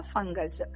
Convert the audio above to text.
Fungus